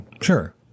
Sure